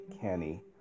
canny